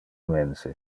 mense